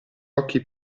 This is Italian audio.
occhi